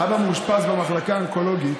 אבא מאושפז במחלקה האונקולוגית.